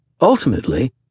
Ultimately